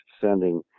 sending